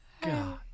God